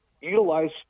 utilize